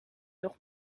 nog